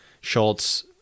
Schultz